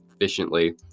efficiently